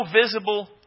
visible